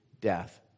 death